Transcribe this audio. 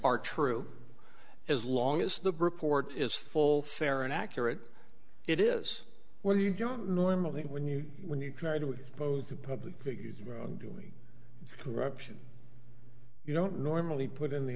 are true as long as the brick court is full fair and accurate it is what do you john normally when you when you try to expose the public figures wrongdoing corruption you don't normally put in the